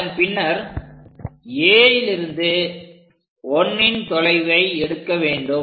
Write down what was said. அதன் பின்னர் Aலிருந்து 1ன் தொலைவை எடுக்க வேண்டும்